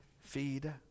feed